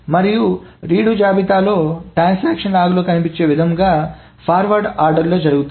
మరియు రీడు జాబితాలో ట్రాన్సాక్షన్స్ లాగ్లో కనిపించే విధంగా ఫార్వార్డ్ ఆర్డర్లో జరుగుతాయి